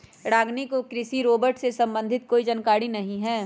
रागिनी को कृषि रोबोट से संबंधित कोई जानकारी नहीं है